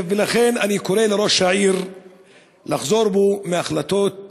לכן אני קורא לראש העיר לחזור בו מהחלטות